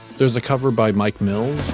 there's a cover by mike mills.